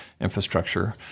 infrastructure